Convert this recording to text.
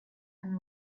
and